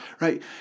right